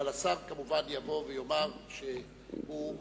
אבל השר יאמר שהוא מבקש,